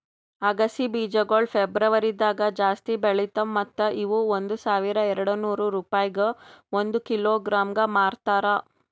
ಅಗಸಿ ಬೀಜಗೊಳ್ ಫೆಬ್ರುವರಿದಾಗ್ ಜಾಸ್ತಿ ಬೆಳಿತಾವ್ ಮತ್ತ ಇವು ಒಂದ್ ಸಾವಿರ ಎರಡನೂರು ರೂಪಾಯಿಗ್ ಒಂದ್ ಕಿಲೋಗ್ರಾಂಗೆ ಮಾರ್ತಾರ